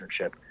internship